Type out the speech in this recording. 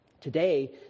Today